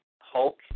Hulk